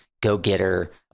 go-getter